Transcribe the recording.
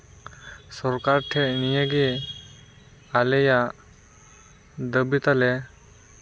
ᱥᱚᱨᱠᱟᱨ ᱴᱷᱮᱡ ᱱᱤᱭᱟᱹᱜᱮ ᱟᱞᱮᱭᱟᱜ ᱫᱟᱹᱵᱤ ᱛᱟᱞᱮ